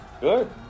Good